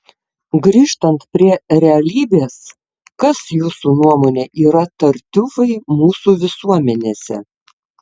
grįžtant prie realybės kas jūsų nuomone yra tartiufai mūsų visuomenėse